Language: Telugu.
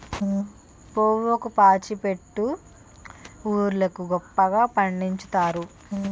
పొవ్వాకు పాచిపెంట ఊరోళ్లు గొప్పగా పండిచ్చుతారు